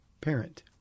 parent